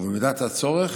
ובמידת הצורך,